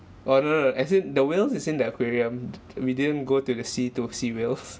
oh no no no as in the whales is in the aquarium d~ d~ we didn't go to the sea to see whales